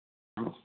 हँ